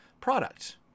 product